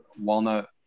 walnut